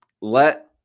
Let